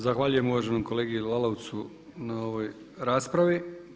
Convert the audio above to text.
Zahvaljujem uvaženom kolegi Lalovcu na ovoj raspravi.